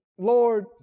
Lord